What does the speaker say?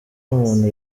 umuntu